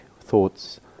Thoughts